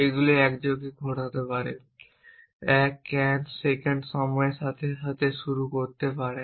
এগুলি একযোগে ঘটতে পারে 1 ক্যান সেকেন্ড প্রথমটির সাথে সাথে শুরু করতে পারে